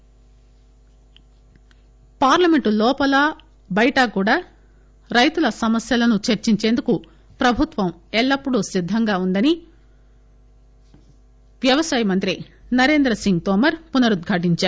L S Tomar parliament లోపల బయట కూడా రైతుల సమస్యలను చర్చించేందుకు ప్రభుత్వం ఎల్లప్పుడు సిద్దంగా ఉందని వ్యవసాయ శాఖ మంత్రి నరేంద్ర సింగ్ తోమర్ పునరుద్దాటించారు